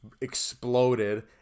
exploded